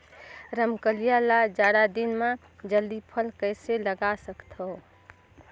रमकलिया ल जाड़ा दिन म जल्दी फल कइसे लगा सकथव?